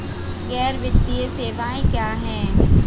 गैर वित्तीय सेवाएं क्या हैं?